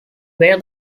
where